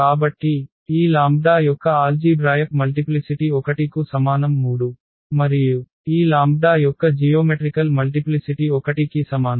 కాబట్టి ఈ λ యొక్క ఆల్జీభ్రాయక్ మల్టిప్లిసిటి 1 కు సమానం 3 మరియు ఈ λ యొక్క జియోమెట్రికల్ మల్టిప్లిసిటి 1 కి సమానం